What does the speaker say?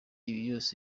yose